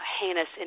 Heinous